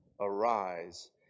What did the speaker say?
arise